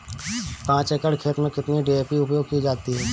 पाँच एकड़ खेत में कितनी डी.ए.पी उपयोग की जाती है?